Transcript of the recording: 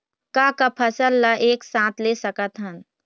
का का फसल ला एक साथ ले सकत हन?